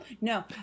no